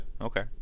Okay